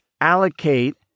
allocate